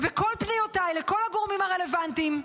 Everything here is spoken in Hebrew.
ובכל פניותיי לכל הגורמים הרלוונטיים,